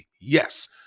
Yes